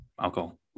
alcohol